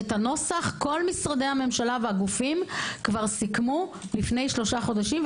את הנוסח כל משרדי הממשלה והגופים סיכמו לפני שלושה חודשים.